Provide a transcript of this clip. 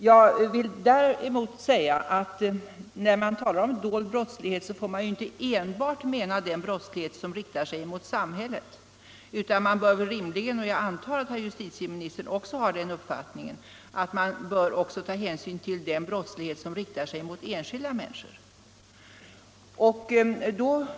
Jag vill däremot säga att när man talar om dold brottslighet får man inte enbart mena den brottslighet som riktar sig mot samhället, utan man bör rimligen — och jag antar att herr justitieministern också har den uppfattningen — även ta hänsyn till brottslighet som riktar sig mot enskilda människor.